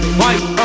white